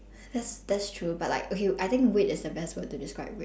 that's that's true but like okay I think wit is the best word to describe weird